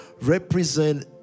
represent